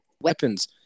weapons